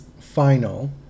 final